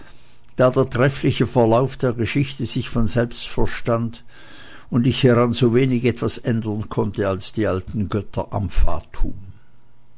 da der treffliche verlauf der geschichte sich von selbst verstand und ich hieran sowenig etwas ändern konnte als die alten götter am